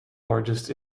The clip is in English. largest